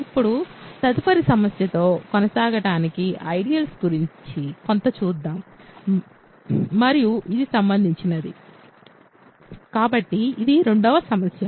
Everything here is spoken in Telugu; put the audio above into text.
ఇప్పుడు తదుపరి సమస్యతో కొనసాగడానికి ఐడియల్స్ గురించి కొంత చూద్దాం మరియు ఇది సంబంధించినది కాబట్టి ఇది రెండవ సమస్య